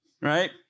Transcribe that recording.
right